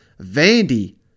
Vandy